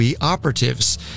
operatives